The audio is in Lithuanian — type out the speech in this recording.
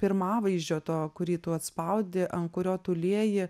pirmavaizdžio to kurį tu atspaudi ant kurio tu lieji